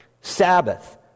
Sabbath